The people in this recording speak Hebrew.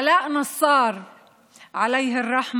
לאחר מכן האשימו את המפגינים בחוסר סולידריות,